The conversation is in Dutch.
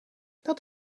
dat